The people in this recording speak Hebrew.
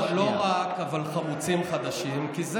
תראו, זה לא רק חמוצים חדשים, זה